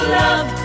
love